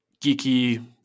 geeky